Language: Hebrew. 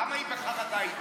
למה היא בחרדה, עידית?